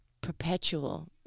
perpetual